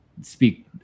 speak